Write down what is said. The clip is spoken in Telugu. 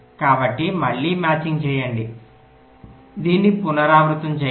కాబట్టి మళ్ళీ మ్యాచింగ్ చేయండి దీన్ని పునరావృతం చేయండి